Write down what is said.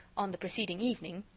on the preceding evening,